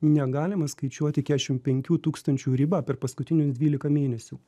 negalima skaičiuoti keturiasdešimt penkių tūkstančių riba per paskutinius dvylika mėnesių